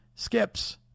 skips